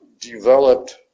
developed